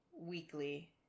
weekly